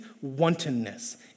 wantonness